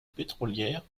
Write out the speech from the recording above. pétrolière